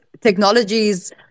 technologies